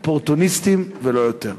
אופורטוניסטים, ולא יותר.